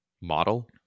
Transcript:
model